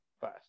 first